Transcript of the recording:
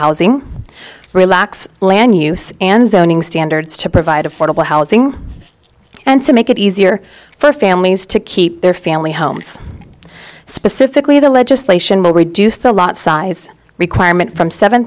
housing relax lan use and zoning standards to provide affordable housing and to make it easier for families to keep their family homes specifically the legislation will reduce the lot size requirement from seven